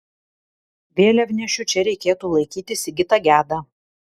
vėliavnešiu čia reikėtų laikyti sigitą gedą